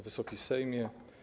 Wysoki Sejmie!